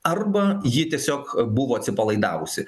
arba ji tiesiog buvo atsipalaidavusi